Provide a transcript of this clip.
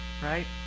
Right